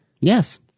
Yes